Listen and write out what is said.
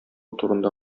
турында